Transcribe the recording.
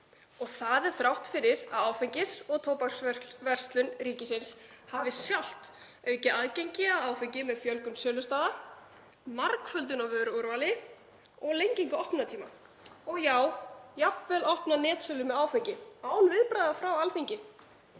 Það er þrátt fyrir að Áfengis- og tóbaksverslun ríkisins hafi sjálf aukið aðgengi að áfengi með fjölgun sölustaða, margföldun á vöruúrvali og lengingu opnunartíma og já, jafnvel opnað netverslun með áfengi án viðbragða frá Alþingi.